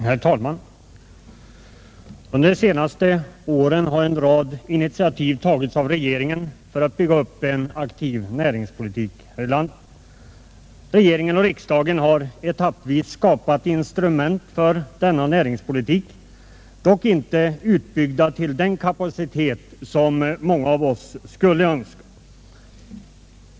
Herr talman! Under de senaste åren har en rad initiativ tagits av regeringen för att bygga upp en aktiv näringspolitik här i landet. Regeringen och riksdagen har etappvis skapat instrument för denna näringspolitik, dock inte utbyggda till den kapacitet som många av oss önskar.